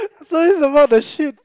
so this about the shit